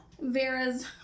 Vera's